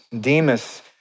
Demas